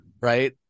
Right